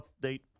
update